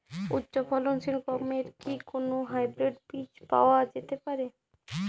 উচ্চ ফলনশীল গমের কি কোন হাইব্রীড বীজ পাওয়া যেতে পারে?